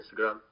Instagram